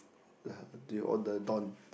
uh do you order don